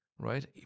Right